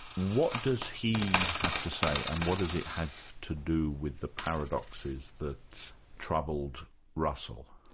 what does he have to say and what does it have to do with the paradoxes that troubled russell?